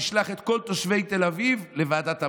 נשלח את כל תושבי תל אביב לוועדת המדע.